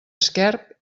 esquerp